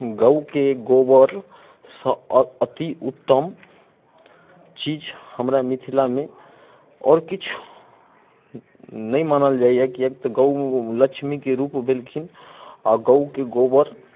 गौके गोबरसँ अति उत्तम चीज हमरा मिथिलामे आओर किछु नहि मानल जाइए किएक कि तऽ गौ लक्ष्मीके रूप भेलखिन अऽ गौके गोबर